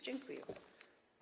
Dziękuję bardzo.